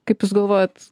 kaip jūs galvojat